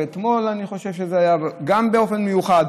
אתמול אני חושב שזה היה גם באופן מיוחד.